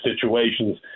situations